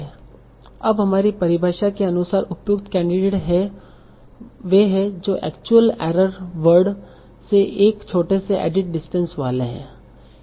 अब हमारी परिभाषा के अनुसार उपयुक्त कैंडिडेटस वे हैं जो एक्चुअल एरर वर्ड से एक छोटे से एडिट डिस्टेंस वाले हैं